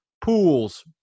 pools